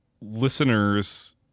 listeners